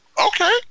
okay